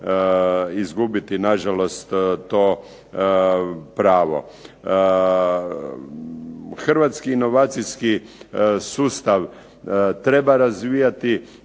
izgubiti na žalost to pravo. Hrvatski inovacijski sustav treba razvijati,